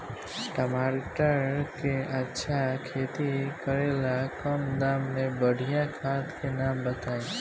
टमाटर के अच्छा खेती करेला कम दाम मे बढ़िया खाद के नाम बताई?